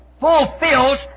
fulfills